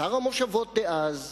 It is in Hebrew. שר המושבות דאז,